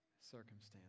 circumstance